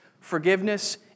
forgiveness